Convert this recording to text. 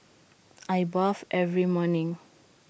I bathe every morning